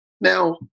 Now